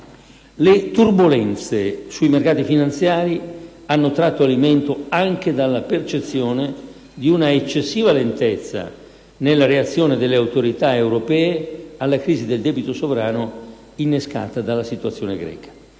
Le turbolenze sui mercati finanziari hanno tratto alimento anche dalla percezione di un'eccessiva lentezza nella reazione delle autorità europee alla crisi del debito sovrano innescata dalla situazione greca.